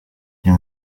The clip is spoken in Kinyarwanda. iyi